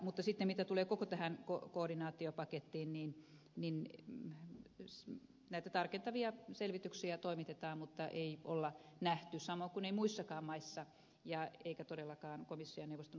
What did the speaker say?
mutta mitä sitten tulee koko tähän koordinaatiopakettiin niin näitä tarkentavia selvityksiä toimitetaan mutta ei ole nähty samoin kuin ei muissakaan maissa eikä todellakaan komissioneuvoston oikeuspalvelussa että tässä ongelmia olisi